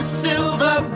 silver